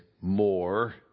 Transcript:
more